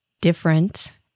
different